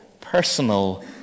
personal